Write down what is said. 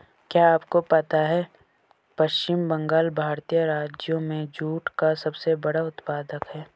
क्या आपको पता है पश्चिम बंगाल भारतीय राज्यों में जूट का सबसे बड़ा उत्पादक है?